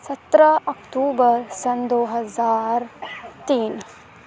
سترہ اکتوبر سن دو ہزار تین